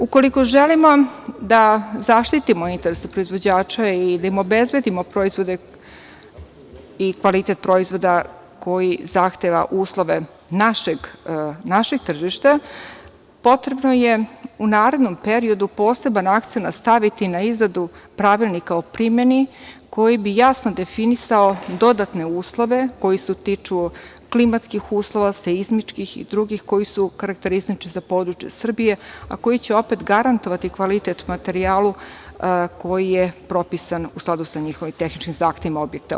Ukoliko želimo da zaštitimo interese proizvođača i da im obezbedimo proizvode i kvalitet proizvoda koji zahteva uslove našeg tržišta, potrebno je u narednom periodu poseban akcenat staviti na izradu pravilnika o primeni, koji bi jasno definisao dodatne uslove koji se tiču klimatskih uslova, seizmičkih i drugih koji su karakteristični za područje Srbije, a koji će opet garantovati kvalitet materijala koji je propisan u skladu sa njihovim tehničkim zahtevima objekta.